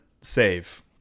save